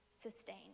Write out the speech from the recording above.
sustain